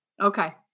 Okay